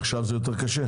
עכשיו זה יותר קשה?